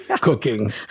cooking